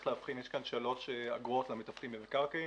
יש להבחין יש כאן שלוש אגרות למתווכים במקרקעין: